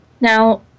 Now